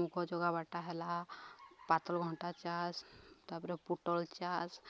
ମୁଗ ଯୋଗାବାଟା ହେଲା ପାତର୍ଘଣ୍ଟା ଚାଷ ତାପରେ ପୋଟଳ ଚାଷ